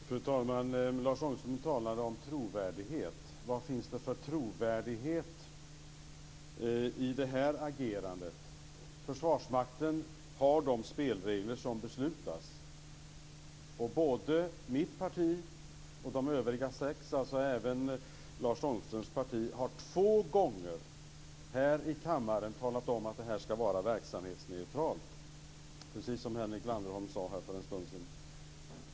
Fru talman! Lars Ångström talade om trovärdighet. Vad finns det för trovärdighet i det här agerandet? Försvarsmakten har de spelregler som beslutas. Både mitt parti och de övriga sex partierna, och även Lars Ångströms parti, har två gånger här i kammaren talat om att det sk all vara verksamhetsneutralt, precis som Henrik Landerholm sade här för en stund sedan.